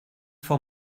for